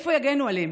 איפה יגנו עליהם?